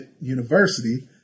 University